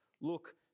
Look